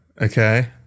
Okay